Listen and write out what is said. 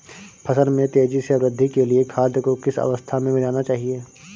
फसल में तेज़ी से वृद्धि के लिए खाद को किस अवस्था में मिलाना चाहिए?